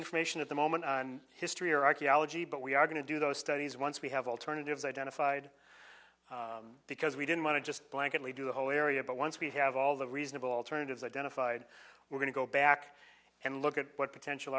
information at the moment on history or archaeology but we are going to do those studies once we have alternatives identified because we didn't want to just blank and we do the whole area but once we have all the reasonable alternatives identified we're going to go back and look at what potential